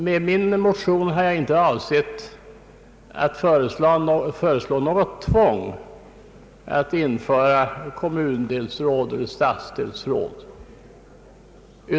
Med min motion har jag inte avsett att föreslå något tvång att införa kommundelsråd och stadsdelsråd.